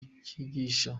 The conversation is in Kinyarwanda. cyigisha